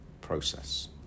process